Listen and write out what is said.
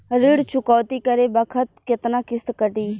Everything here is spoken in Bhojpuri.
ऋण चुकौती करे बखत केतना किस्त कटी?